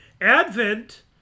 Advent